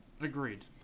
Agreed